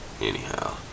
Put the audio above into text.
Anyhow